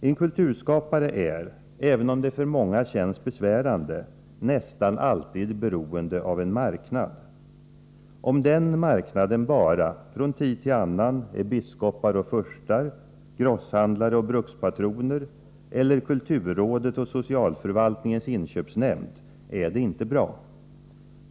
En kulturskapare är, även om det för många känns besvärande, nästan alltid beroende av en marknad. Om den marknaden, från tid till annan, består av bara biskopar och furstar, grosshandlare och brukspatroner, eller kulturrådet och socialförvaltningens inköpsnämnd, är det inte bra.